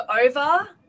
over